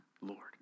Lord